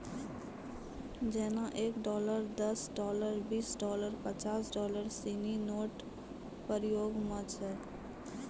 जेना एक डॉलर दस डॉलर बीस डॉलर पचास डॉलर सिनी नोट प्रयोग म छै